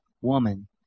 Woman